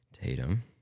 Tatum